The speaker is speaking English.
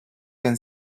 can